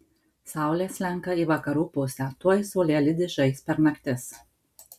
saulė slenka į vakarų pusę tuoj saulėlydis žais per naktis